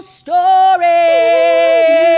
story